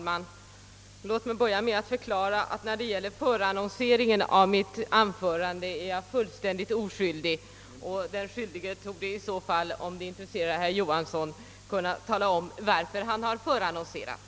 Herr talman! Vad förannonseringen av mitt anförande angår är jag helt oskyldig. Om det intresserar herr Johansson i Trollhättan, torde den annonserande bättre än jag kunna tala om varför han förannonserade.